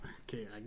Okay